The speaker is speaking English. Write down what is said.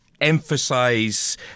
emphasise